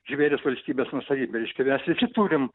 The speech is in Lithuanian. žvėrys valstybės nuosavybė reiškia mes visi turim